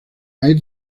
hay